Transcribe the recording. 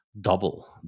double